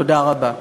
תודה רבה.